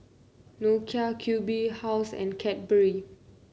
Nokia Q B House and Cadbury